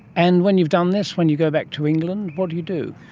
and when you've done this, when you go back to england what do you do?